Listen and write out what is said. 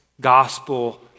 gospel